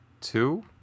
two